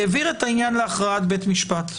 העביר את העניין להכרעת בית המשפט.